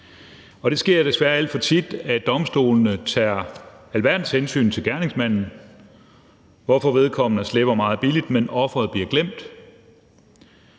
Det sker desværre alt for tit, at domstolene tager alverdens hensyn til gerningsmanden, hvorfor vedkommende slipper meget billigt, men offeret bliver glemt,